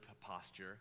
posture